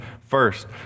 first